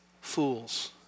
fools